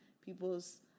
People's